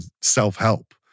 self-help